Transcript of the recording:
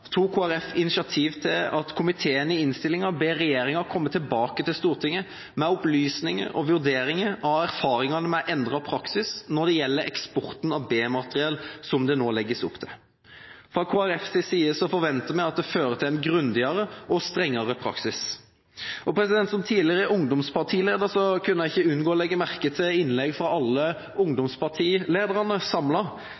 tok Kristelig Folkeparti initiativ til at komiteen i innstillingen ber regjeringen komme tilbake til Stortinget med opplysninger om og vurderinger av erfaringene med den endrede praksis som det legges opp til når det gjelder eksporten av B-materiell. Fra Kristelig Folkepartis side forventer vi at det fører til en grundigere og strengere praksis. Som tidligere ungdomspartileder kunne jeg ikke unngå å legge merke til et innlegg fra alle